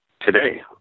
today